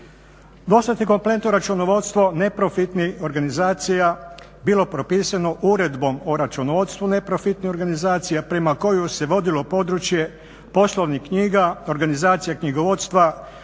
Dosad je kompletno računovodstvo neprofitnih organizacija bilo propisano Uredbom o računovodstvu neprofitnih organizacija prema kojoj se vodilo područje poslovnih knjiga, organizacija knjigovodstva,